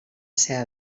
seva